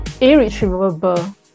irretrievable